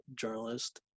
journalist